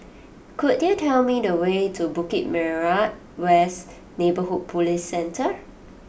could you tell me the way to Bukit Merah West Neighbourhood Police Centre